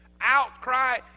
outcry